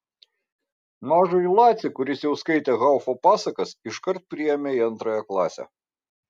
mažąjį lacį kuris jau skaitė haufo pasakas iškart priėmė į antrąją klasę